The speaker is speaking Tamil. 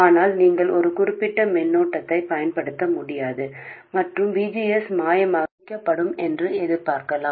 ஆனால் நீங்கள் ஒரு குறிப்பிட்ட மின்னோட்டத்தைப் பயன்படுத்த முடியாது மற்றும் V G S மாயமாக கண்டுபிடிக்கப்படும் என்று எதிர்பார்க்கலாம்